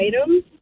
items